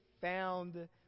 found